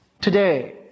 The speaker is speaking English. today